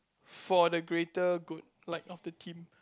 for the greater good like of the team